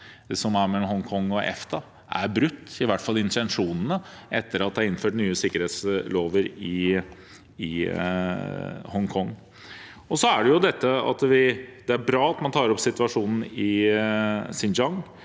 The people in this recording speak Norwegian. mellom Hongkong og EFTA er brutt, i hvert fall intensjonene, etter at det er innført nye sikkerhetslover i Hongkong. Det er bra at man tar opp situasjonen i Xinjiang,